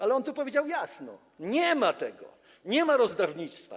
Ale on tu powiedział jasno: nie ma tego, nie ma rozdawnictwa.